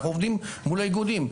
אנחנו עובדים מול האיגודים.